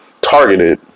targeted